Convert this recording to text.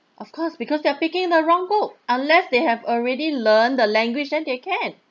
of course because they're picking the wrong book unless they have already learnt the language then they can